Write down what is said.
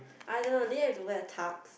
I don't know did you have to wear a tux